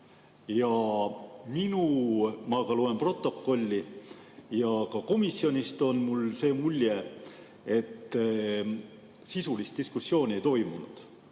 üle. Ma loen protokollist ja ka komisjonist jäi mulle see mulje, et sisulist diskussiooni ei toimunud.